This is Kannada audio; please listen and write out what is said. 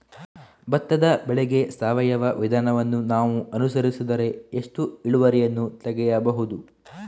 ಭತ್ತದ ಬೆಳೆಗೆ ಸಾವಯವ ವಿಧಾನವನ್ನು ನಾವು ಅನುಸರಿಸಿದರೆ ಎಷ್ಟು ಇಳುವರಿಯನ್ನು ತೆಗೆಯಬಹುದು?